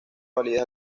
validez